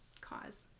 cause